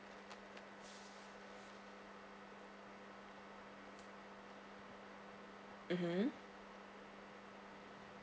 mmhmm